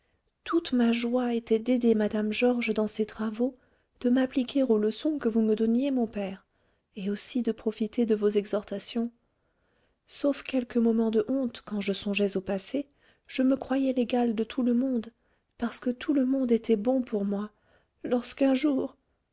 toute ma joie était d'aider mme georges dans ses travaux de m'appliquer aux leçons que vous me donniez mon père et aussi de profiter de vos exhortations sauf quelques moments de honte quand je songeais au passé je me croyais l'égale de tout le monde parce que tout le monde était bon pour moi lorsqu'un jour